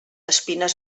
espines